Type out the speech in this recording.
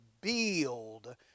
build